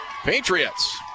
Patriots